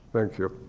thank you.